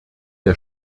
der